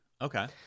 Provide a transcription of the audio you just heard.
Okay